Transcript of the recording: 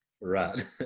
Right